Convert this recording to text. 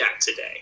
today